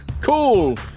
Cool